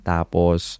Tapos